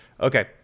okay